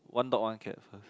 one dog one cat first